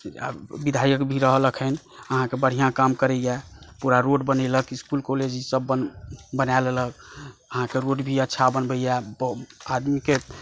आ विधायक भी रहल अखन अहाँकेँ बढ़िआ काम करैए पुरा रोड बनेलक इसकुल कॉलेज ई सभ बना लेलक अहाँकेँ रोड भी अच्छा बनबै यऽ आदमीकेँ